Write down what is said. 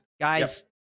guys